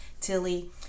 Tilly